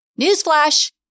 Newsflash